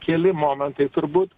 keli momentai turbūt